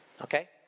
Okay